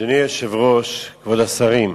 אדוני היושב-ראש, כבוד השרים,